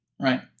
Right